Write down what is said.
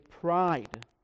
pride